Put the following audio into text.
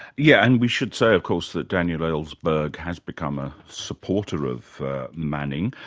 yeah and we should say, of course, that daniel ellsberg has become a supporter of manning.